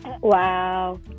Wow